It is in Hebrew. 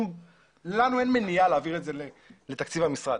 לנו אין מניע להעביר את זה לתקציב המשרד,